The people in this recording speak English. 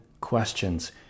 questions